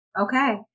Okay